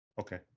Okay